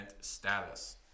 status